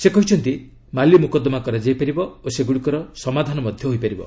ସେ କହିଛନ୍ତି ମାଲି ମକୋଦ୍ଦମା କରାଯାଇ ପାରିବ ଓ ସେଗୁଡ଼ିକର ସମାଧାନ ମଧ୍ୟ ହୋଇପାରିବ